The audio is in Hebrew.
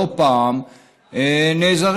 לא פעם נעזרים,